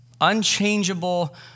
unchangeable